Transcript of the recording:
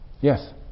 Yes